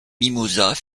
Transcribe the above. mimosas